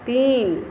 तीन